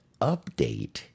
update